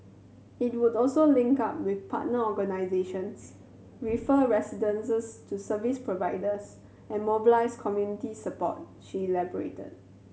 it would also link up with partner organisations refer residents to service providers and mobilise community support she elaborated